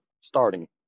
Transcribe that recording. starting